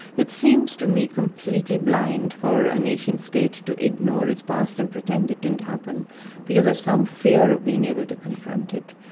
it seems to me completely blind for a nation-state to ignore its past and pretend it didn't happen because of some fear of being able to confront it.